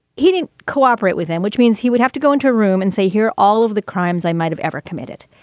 he didn't cooperate with them, which means he would have to go into a room and say here all of the crimes i might have ever committed.